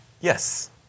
Yes